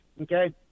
okay